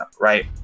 right